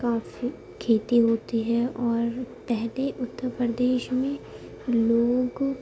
کافی کھیتی ہوتی ہے اور پہلے اتر پردیش میں لوگوں کو